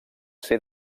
ser